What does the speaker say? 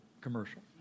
commercial